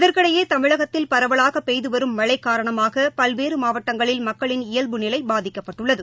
இதற்கிடையே தமிழகத்தில் பரவலாக பெய்து வரும் மழை காரணமாக பல்வேறு மாவட்டங்களில் மக்களின் இயல்பு நிலை பாதிக்கப்பட்டுள்ளது